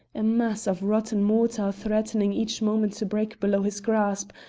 a mass of rotten mortar threatening each moment to break below his grasp,